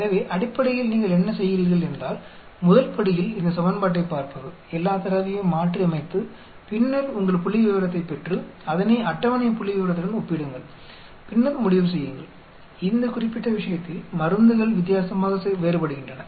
எனவே அடிப்படையில் நீங்கள் என்ன செய்கிறீர்கள் என்றால் முதல் படியில் இந்த சமன்பாட்டைப் பார்ப்பது எல்லா தரவையும் மாற்றியமைத்து பின்னர் உங்கள் புள்ளிவிவரத்தைப் பெற்று அதனை அட்டவணை புள்ளிவிவரத்துடன் ஒப்பிடுங்கள் பின்னர் முடிவு செய்யுங்கள் இந்த குறிப்பிட்ட விஷயத்தில் மருந்துகள் வித்தியாசமாக வேறுபடுகின்றன